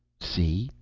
see?